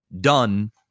done